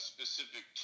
specific